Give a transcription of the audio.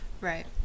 Right